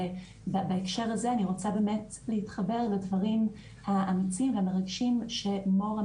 בהקשר הזה אני רוצה להתחבר לדברים האמיצים והמרגשים שאמרה מור,